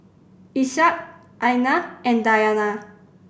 Ishak Aina and Dayana